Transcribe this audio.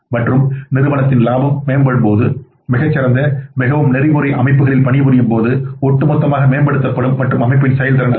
மற்றும் நிறுவனத்தின் லாபம் மேம்படும் போது மிகச் சிறந்த மிகவும் நெறிமுறை அமைப்புகளில் பணிபுரியும் போது ஒட்டுமொத்தமாக மேம்படுத்தப்படும் மற்றும் அமைப்பின் செயல்திறன் அதிகரிக்கும்